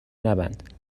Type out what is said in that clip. نبند